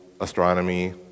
astronomy